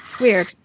Weird